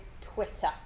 Twitter